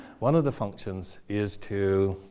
one of the functions is to